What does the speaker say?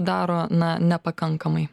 daro na nepakankamai